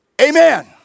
Amen